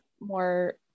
more